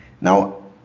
Now